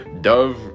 Dove